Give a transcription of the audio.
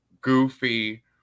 goofy